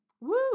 Woo